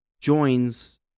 joins